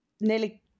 Nearly